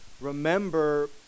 remember